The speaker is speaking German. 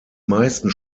meisten